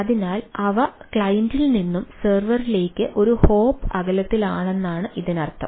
അതിനാൽ അവ ക്ലയന്റിൽ നിന്ന് സെർവറിലേക്ക് ഒരു ഹോപ്പ് അകലത്തിലാണെന്നാണ് ഇതിനർത്ഥം